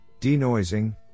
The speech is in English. denoising